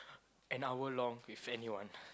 an hour long with anyone